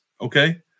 okay